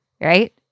right